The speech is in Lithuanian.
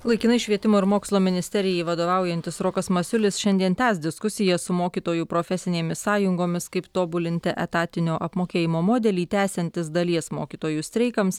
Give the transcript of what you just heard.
laikinai švietimo ir mokslo ministerijai vadovaujantis rokas masiulis šiandien tęs diskusiją su mokytojų profesinėmis sąjungomis kaip tobulinti etatinio apmokėjimo modelį tęsiantis dalies mokytojų streikams